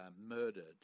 murdered